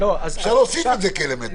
אפשר להוסיף את זה כאלמנט.